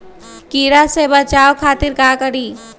कीरा से बचाओ खातिर का करी?